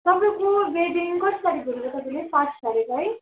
तपाईँको वेडिङ कति तारिक भन्नुभयो तपाईँले पाँच तारिक है